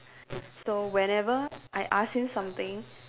so whenever I ask him something